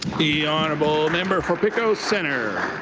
the honourable member for pictou center.